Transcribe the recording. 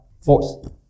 Force